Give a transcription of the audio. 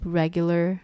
regular